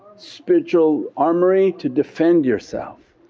spiritual armoury to defend yourself.